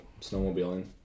snowmobiling